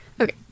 Okay